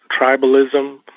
tribalism